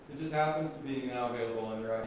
just happens to be now available on your